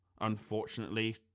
unfortunately